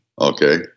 okay